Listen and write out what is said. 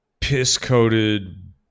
piss-coated